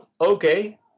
okay